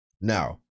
Now